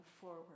forward